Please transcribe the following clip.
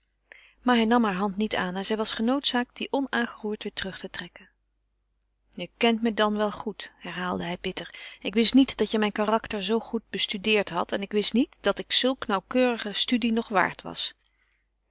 maar hij nam heure hand niet aan en zij was genoodzaakt die onaangeroerd terug te trekken je kent me dan wel goed herhaalde hij bitter ik wist niet dat je mijn karakter zoo goed bestudeerd had en ik wist niet dat ik zulke nauwkeurige studie nog waard was